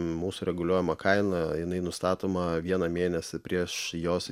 mūsų reguliuojama kaina jinai nustatoma vieną mėnesį prieš jos